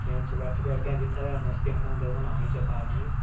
train च बेठे ते अग्गे जित्थै अस्थियां रढ़ांदे ओहदा नां नी चेता आरदा मिगी